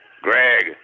Greg